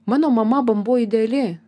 mano mama bamboj ideali